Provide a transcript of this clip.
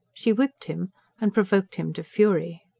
she whipped him and provoked him to fury.